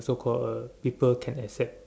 so called a people can accept